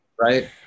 right